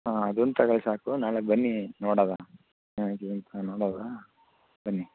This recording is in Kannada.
ಹಾಂ ಅದೊಂದು ತಗೊಳಿ ಸಾಕು ನಾಳೆ ಬನ್ನಿ ನೋಡೋವ ನೋಡೋವ ಬನ್ನಿ